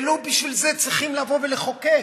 ובשביל זה לא צריכים לבוא ולחוקק.